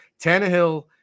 Tannehill